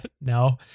no